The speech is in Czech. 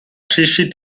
příští